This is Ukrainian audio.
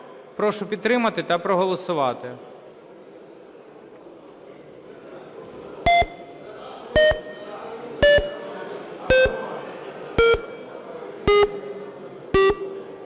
Прошу підтримати та проголосувати.